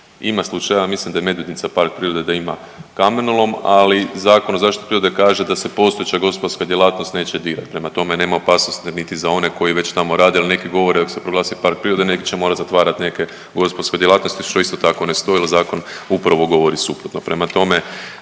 Imama slučajeva mislim da je Medvednica park prirode da ima kamenolom, ali Zakon o zaštiti prirode kaže da se postojeća gospodarska djelatnost neće dirati. Prema tome nema opasnosti niti za one koji već tamo rade jer neki govore ako se proglasi prirode neki će morat zatvarat neke gospodarske djelatnosti što isto tako ne stoji jer zakon upravo govori suprotno.